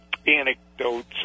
Anecdotes